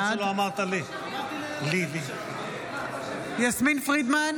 בעד יסמין פרידמן,